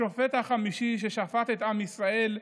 השופט החמישי ששפט את עם ישראל,